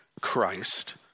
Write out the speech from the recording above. Christ